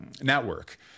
network